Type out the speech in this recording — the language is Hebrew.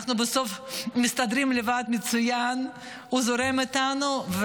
בסוף אנחנו מסתדרים לבד מצוין, הוא זורם איתנו.